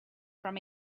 from